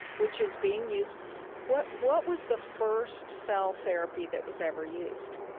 which is being used what what was the first cell therapy that was ever used?